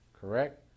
correct